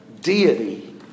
deity